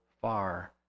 far